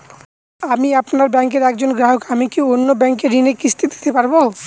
আমি আপনার ব্যাঙ্কের একজন গ্রাহক আমি কি অন্য ব্যাঙ্কে ঋণের কিস্তি দিতে পারবো?